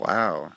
Wow